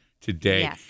today